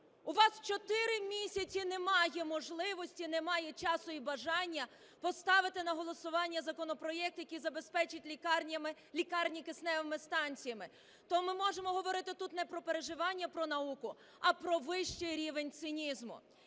У вас чотири місяці немає можливості, немає часу і бажання поставити на голосування законопроект, який забезпечить лікарні кисневими станціями. То ми можемо говорити тут не про переживання про науку, а про вищий рівень цинізму.